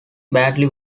badly